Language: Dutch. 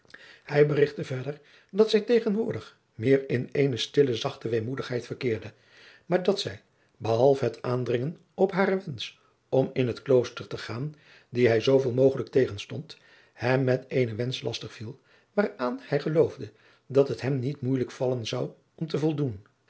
hij berigtte verder dat zij tegenwoordig meer in eene stille zachte weemoedigheid verkeerde maar dat zij behalve het aandringen op haren wensch om in het klooster te gaan dien hij zooveel mogelijk tegenstond hem met eenen wensch lastig viel waaraan hij geloofde dat het hem niet moeijelijk vallen zou om te voldoen